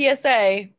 PSA